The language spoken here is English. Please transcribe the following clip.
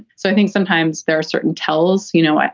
so i think sometimes there are certain tells, you know,